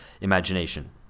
imagination